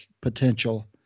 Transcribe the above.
potential